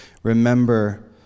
Remember